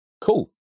cool